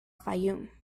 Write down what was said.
fayoum